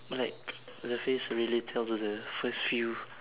or like the face really tell us the first few